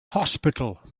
hospital